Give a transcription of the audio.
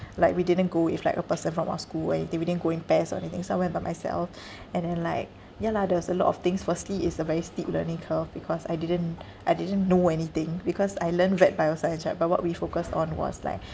like we didn't go with like a person from our school and we didn't go in pairs or anything so I went by myself and then like ya lah there was a lot of things firstly is a very steep learning curve because I didn't I didn't know anything because I learned rats bioscience right but what we focused on was like